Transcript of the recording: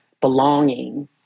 belonging